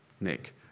Nick